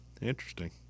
Interesting